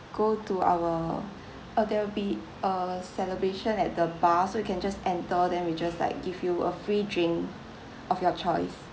go to our uh there'll be a celebration at the bar so you can just enter then we just like give you a free drink of your choice